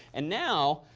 and now,